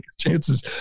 chances